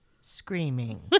screaming